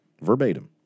Verbatim